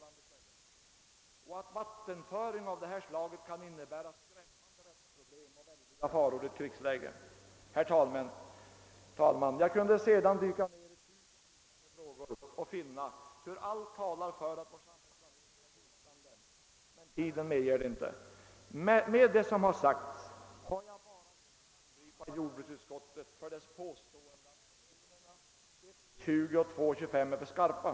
Och att vattenföring av det här slaget kan innebära skrämmande rättsproblem och väldiga faror i ett krigsläge? Herr talman! Jag kunde dyka ner i tusen liknande frågor och finna hur allt talar för att vår samhällsplanering är hotande, men tiden medger det inte. Med det som sagts har jag bara velat angripa jordbruksutskottet för dess påstående att motionerna I: 20 och II: 25 är för skarpa.